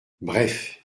bref